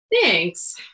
Thanks